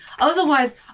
Otherwise